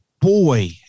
boy